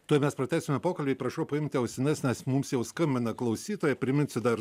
tuo mes pratęsime pokalbį prašau paimti ausines nes mums jau skambina klausytojai primins dar